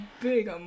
big